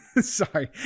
sorry